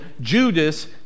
Judas